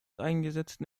eingesetzten